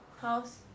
house